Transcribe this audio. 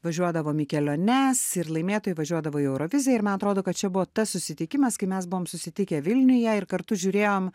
važiuodavom į keliones ir laimėtojai važiuodavo į euroviziją ir man atrodo kad čia buvo tas susitikimas kai mes buvom susitikę vilniuje ir kartu žiūrėjom